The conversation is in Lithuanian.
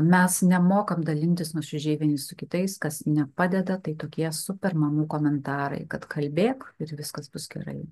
mes nemokam dalintis nuoširdžiai vieni su kitais kas nepadeda tai tokie super mamų komentarai kad kalbėk ir viskas bus gerai